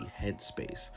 Headspace